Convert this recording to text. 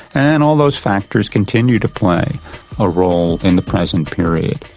and all those factors continue to play a role in the present period.